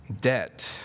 debt